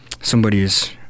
somebody's